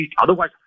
Otherwise